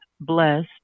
blessed